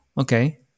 Okay